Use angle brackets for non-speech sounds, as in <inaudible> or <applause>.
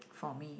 <noise> for me